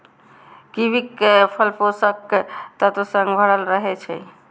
कीवीक फल पोषक तत्व सं भरल रहै छै